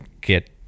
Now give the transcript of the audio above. get